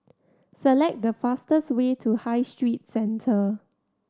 select the fastest way to High Street Centre